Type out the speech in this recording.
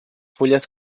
fulles